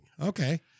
Okay